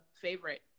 favorite